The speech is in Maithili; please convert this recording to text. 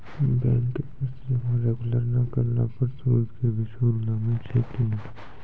बैंक के किस्त जमा रेगुलर नै करला पर सुद के भी सुद लागै छै कि?